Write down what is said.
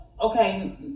okay